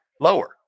lower